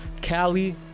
Cali